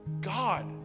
God